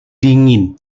dingin